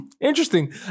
interesting